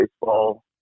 Baseball